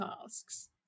tasks